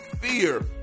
fear